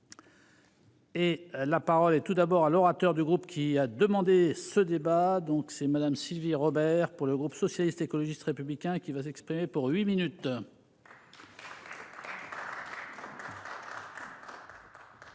Et la parole et tout d'abord à l'orateur du groupe, qui a demandé ce débat donc c'est madame Sylvie Robert pour le groupe socialiste, écologiste républicain qui va s'exprimer pour huit minutes. Bien